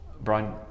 Brian